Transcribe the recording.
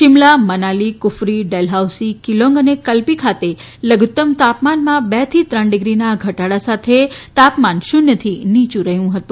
શિમલા મનાલી ફફી ડેમિહાઉસી કિલોંગ અને કલ્પી ખાતે લધુત્તમ તાપમાનમાં બેથી ત્રણ ડિગ્રીના ઘટાડા સાથે તાપમાન શુન્યથી નીયુ રહ્યું હતું